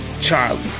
Charlie